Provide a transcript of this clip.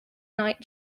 night